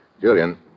Julian